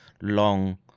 long